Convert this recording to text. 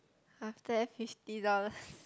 after that fifty dollars